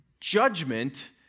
judgment